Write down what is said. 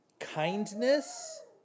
kindness